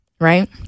right